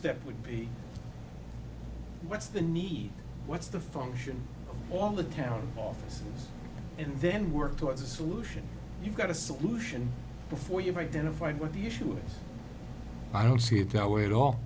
step would be what's the need what's the function on the town office and then work towards a solution you've got a solution before you've identified what the issue is i don't see it that way at all